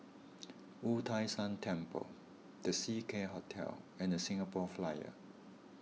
Wu Tai Shan Temple the Seacare Hotel and the Singapore Flyer